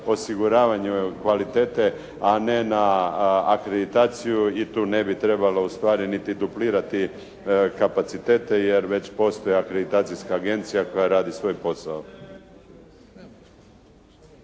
osiguravanje kvalitete, a ne na akreditaciju i tu ne bi trebalo ustvari niti duplirati kapacitete jer već postoji akreditacijska agencija koja radi svoj posao.